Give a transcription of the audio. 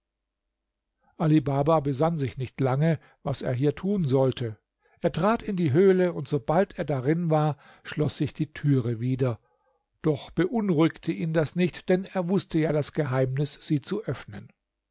baba besann sich nicht lange was er hier tun sollte er trat in die höhle und sobald er darin war schloß sich die türe wieder doch beunruhigte ihn das nicht denn er wußte ja das geheimnis sie zu öffnen